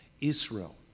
Israel